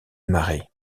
marais